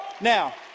Now